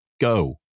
go